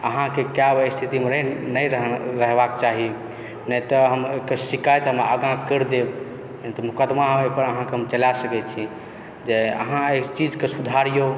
अहाँके कैब ओहन स्थितिमे नहि रहबाक चाही नहि तऽ हम ओहिके शिकायत आगा करि देब नहि तऽ मोकदमा आओर हम अहाँपर चला सकै छी जे अहाँ एहि चीजके सुधारियौ